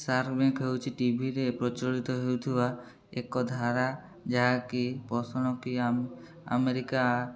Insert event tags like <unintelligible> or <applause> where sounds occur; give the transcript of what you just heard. SAARC tank ହେଉଛି ଟିଭିରେ ପ୍ରଚଳିତ ହେଉଥିବା ଏକ ଧାରା ଯାହାକି <unintelligible> ଆମେରିକା